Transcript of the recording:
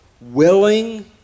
willing